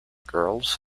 girls